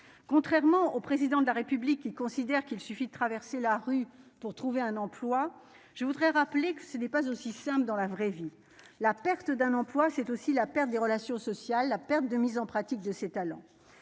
contrairement au président de la République, qui considère qu'il suffit de traverser la rue pour trouver un emploi, je voudrais rappeler que ce n'est pas aussi simple et dans la vraie vie, la perte d'un emploi, c'est aussi la perte des relations sociales, la perte de mise en pratique de ces talents,